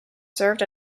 served